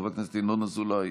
חבר הכנסת ינון אזולאי,